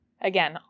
Again